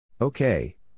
Okay